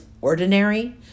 ordinary